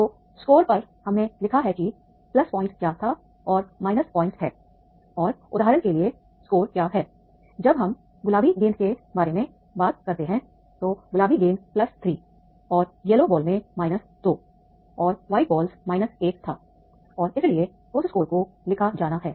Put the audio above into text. तो स्कोर पर हमने लिखा है कि प्लस पॉइंट क्या था और माइनस पॉइंट हैं और उदाहरण के लिए स्कोर क्या है जब हम गुलाबी गेंद के बारे में बात करते हैं तो गुलाबी गेंद प्लस 3 और येलो बॉल में माइनस 2 था और वाइट बॉल माइनस 1 था और इसलिए उस स्कोर को लिखा जाना है